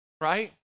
right